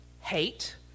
hate